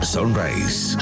Sunrise